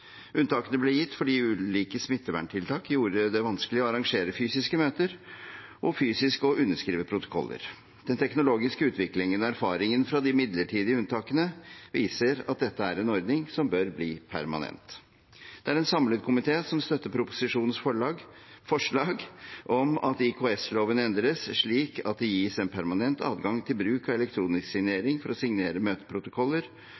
Unntakene ble gitt fordi ulike smitteverntiltak gjorde det vanskelig å arrangere fysiske møter og fysisk å underskrive protokoller. Den teknologiske utviklingen og erfaringen fra de midlertidige unntakene viser at dette er en ordning som bør bli permanent. Det er en samlet komité som støtter proposisjonens forslag om at IKS-loven endres slik at det gis en permanent adgang til bruk av